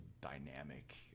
dynamic